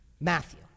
Matthew